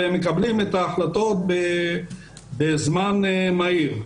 והם מקבלים את ההחלטות בזמן מהיר.